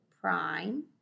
prime